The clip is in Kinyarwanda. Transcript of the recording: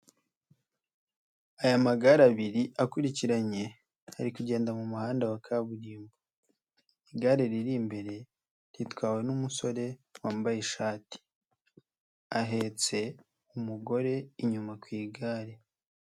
Aya magare abiri akurikiranye ari kugenda mu muhanda wa kaburimbo. Igare riri imbere ritwawe n'umusore wambaye ishati. Ahetse umugore inyuma ku igare.